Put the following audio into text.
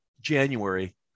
January